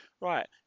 right